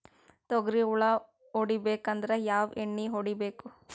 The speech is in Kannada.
ತೊಗ್ರಿ ಹುಳ ಹೊಡಿಬೇಕಂದ್ರ ಯಾವ್ ಎಣ್ಣಿ ಹೊಡಿಬೇಕು?